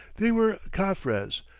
they were caffres,